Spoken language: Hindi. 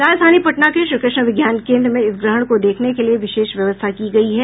राजधानी पटना के श्रीकृष्ण विज्ञान केन्द्र में इस ग्रहण को देखने के लिए विशेष व्यवस्था की गयी है